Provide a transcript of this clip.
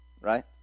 right